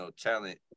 talent